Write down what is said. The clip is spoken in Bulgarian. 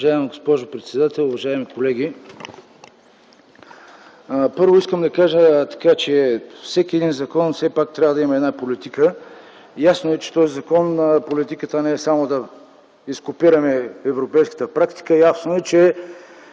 Уважаема госпожо председател, уважаеми колеги! Първо, искам да кажа това, че всеки един закон трябва да има една политика. Ясно е, че в този закон, политиката не е само да изкопираме европейската практика. Ясно е, че